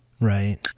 Right